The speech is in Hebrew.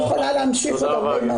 אני יכולה להמשיך עוד הרבה.